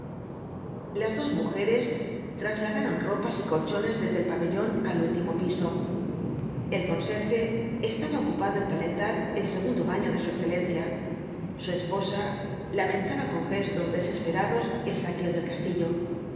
las dos mujeres trasladaron ropas y colchones desde el pabellón al último piso el conserje estaba ocupado en calentar el segundo baño de su excelencia su esposa lamentaba con gestos desesperados el saqueo del castillo